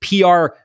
PR